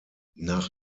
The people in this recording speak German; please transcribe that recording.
nach